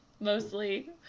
mostly